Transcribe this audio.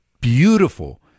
beautiful